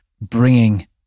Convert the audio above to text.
bringing